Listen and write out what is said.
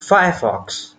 firefox